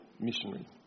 missionary